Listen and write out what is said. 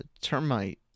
termite